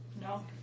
No